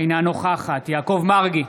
אינה נוכחת יעקב מרגי,